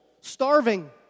starving